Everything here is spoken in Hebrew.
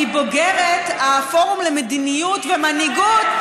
היא בוגרת הפורום למדיניות ומנהיגות,